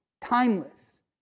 timeless